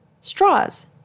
straws